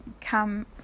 come